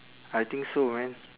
I think so man